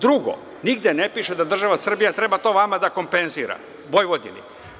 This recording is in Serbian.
Drugo, nigde ne piše da država Srbija treba to vama da kompenzira, Vojvodini.